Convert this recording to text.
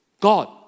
God